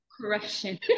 corruption